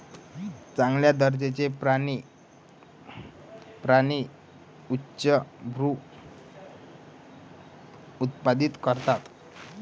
चांगल्या दर्जाचे प्राणी प्राणी उच्चभ्रू उत्पादित करतात